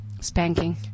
Spanking